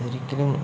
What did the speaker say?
ഒരിക്കലും